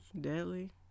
Deadly